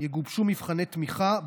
יגובשו מבחני תמיכה,